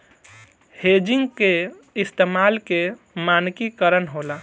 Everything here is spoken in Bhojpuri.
हेजिंग के इस्तमाल के मानकी करण होला